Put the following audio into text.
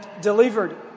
delivered